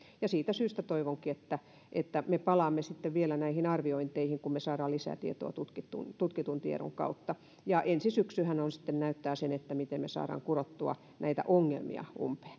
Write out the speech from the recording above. siitä syystä toivonkin että että me palaamme sitten vielä näihin arviointeihin kun me saamme lisää tietoa tutkitun tutkitun tiedon kautta ensi syksyhän sitten näyttää sen miten me saamme kurottua näitä ongelmia